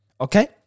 Okay